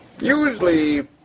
usually